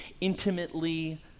intimately